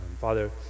Father